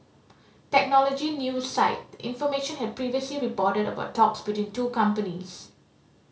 technology news site The Information had previously reported about talks between two companies